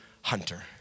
hunter